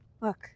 Look